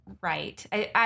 right